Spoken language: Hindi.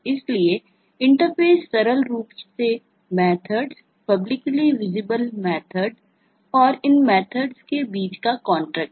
इसलिए इंटरफ़ेस और इन मेथड्स के बीच का कॉन्ट्रैक्ट है